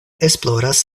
esploras